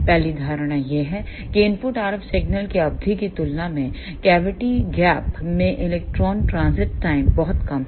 पहली धारणा यह है कि इनपुट RF सिग्नल की अवधि की तुलना में कैविटी गैप में इलेक्ट्रॉन ट्रांजिट टाइम बहुत कम है